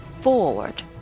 forward